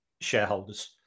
shareholders